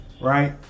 right